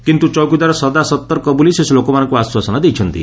କିନ୍ତୁ ଚୌକିଦାର ସଦା ସତର୍କ ବୋଲି ସେ ଲୋକମାନଙ୍କୁ ଆଶ୍ୱାସନା ଦେଇଛନ୍ତି